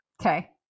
okay